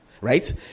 right